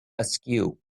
askew